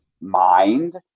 mind